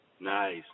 Nice